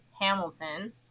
Hamilton